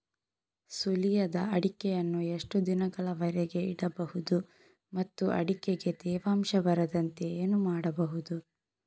ಸುಲಿಯದ ಅಡಿಕೆಯನ್ನು ಎಷ್ಟು ದಿನಗಳವರೆಗೆ ಇಡಬಹುದು ಮತ್ತು ಅಡಿಕೆಗೆ ತೇವಾಂಶ ಬರದಂತೆ ಏನು ಮಾಡಬಹುದು?